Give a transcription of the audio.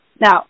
Now